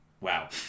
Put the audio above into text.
Wow